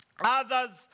Others